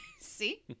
See